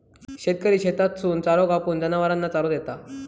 शेतकरी शेतातसून चारो कापून, जनावरांना चारो देता